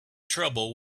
trouble